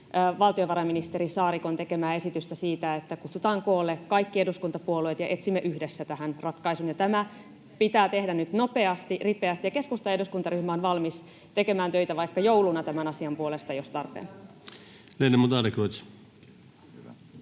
valtiovarainministeri Saarikon tekemää esitystä siitä, että kutsutaan koolle kaikki eduskuntapuolueet ja etsimme yhdessä tähän ratkaisun, ja tämä pitää tehdä nyt nopeasti, ripeästi. Keskustan eduskuntaryhmä on valmis tekemään töitä vaikka jouluna tämän asian puolesta, jos tarpeen.